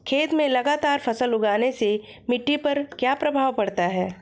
खेत में लगातार फसल उगाने से मिट्टी पर क्या प्रभाव पड़ता है?